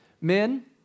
Men